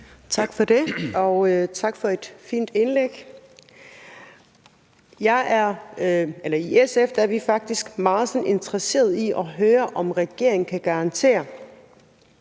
Tak for det. Og tak for et fint indlæg. I SF er vi faktisk meget interesseret i at høre, om regeringen kan garantere,